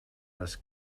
les